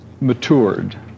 matured